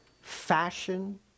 fashion